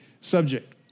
subject